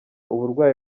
uburwayi